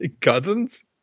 Cousins